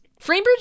Framebridge